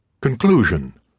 Conclusion